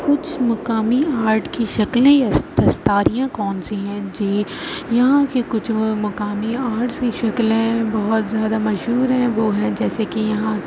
کچھ مقامی آرٹ کی شکلیں یس دستاریاں کون سی ہیں جی یہاں کے کچھ مقامی آرٹ کی شکلیں بہت زیادہ مشہور ہیں وہ ہیں جیسے کہ یہاں